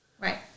Right